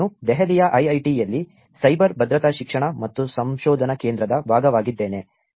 ನಾನು ದೆಹಲಿಯ ಐಐಐಟಿಯಲ್ಲಿ ಸೈಬರ್ ಭದ್ರತಾ ಶಿಕ್ಷಣ ಮತ್ತು ಸಂಶೋಧನಾ ಕೇಂದ್ರದ ಭಾಗವಾಗಿದ್ದೇನೆ